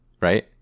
right